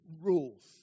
rules